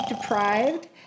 deprived